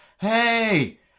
Hey